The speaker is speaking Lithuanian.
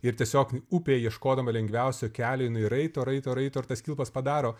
ir tiesiog upė ieškodama lengviausio kelio jinai raito raito raito ir tas kilpas padaro